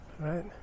right